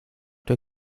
der